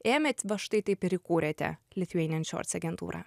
ėmėt va štai taip ir įkūrėte lithuanian shorts agentūrą